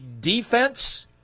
defense